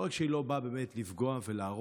לא רק שהיא לא באה לפגוע ולהרוס,